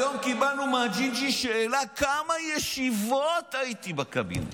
היום קיבלנו מהג'ינג'י שאלה: בכמה ישיבות הייתי בקבינט.